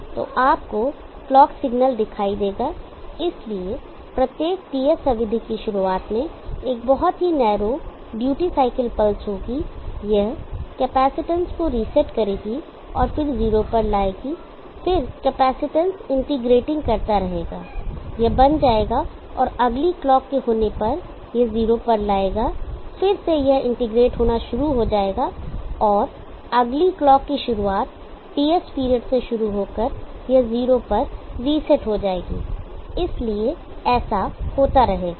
तो आपको clock signal दिखाई देगा इसलिए प्रत्येक TS अवधि की शुरुआत में एक बहुत ही नैरो ड्यूटी साइकिल पल्स होगी यह कैपेसिटेंस को रीसेट करेगा और फिर जीरो पर लाएगा फिर कैपेसिटेंस इंटीग्रेटिंग करता रहेगा यह बन जाएगा और अगली क्लॉक के होने पर यह जीरो पर लाएगा फिर से यह इंटीग्रेट होना शुरू हो जाएगा और अगली क्लॉक की शुरुआत TS पीरियड से शुरू होकर यह जीरो पर रीसेट हो जाएगी इसलिए ऐसा होता रहेगा